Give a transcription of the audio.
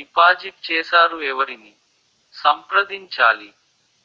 Deposit చేసారు ఎవరిని సంప్రదించాలి?